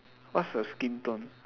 what's her skin tone